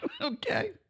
Okay